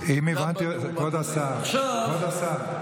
כבוד השר,